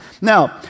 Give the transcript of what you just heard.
Now